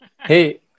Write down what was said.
Hey